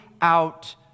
out